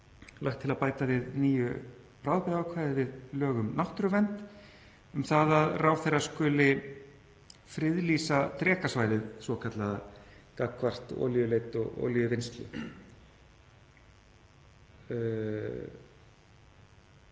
lagt til að bæta nýju bráðabirgðaákvæði við lög um náttúruvernd um að ráðherra skuli friðlýsa Drekasvæðið svokallaða gagnvart olíuleit og olíuvinnslu.